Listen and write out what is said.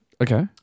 Okay